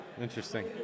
Interesting